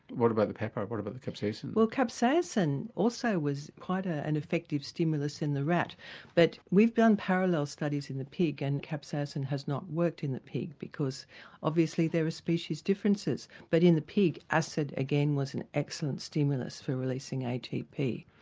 what about the pepper, what about the capsaicin? well capsaicin also was quite ah an effective stimulus in the rat but we've done parallel studies in the pig and capsaicin has not worked in the pig because obviously there are species differences. but in the pig, acid again was an excellent stimulus for releasing atp.